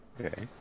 Okay